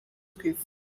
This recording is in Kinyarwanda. twifuza